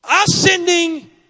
ascending